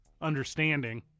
understanding